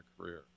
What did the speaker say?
career